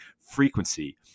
frequency